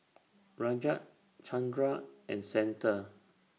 Rajat Chandra and Santha